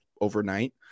overnight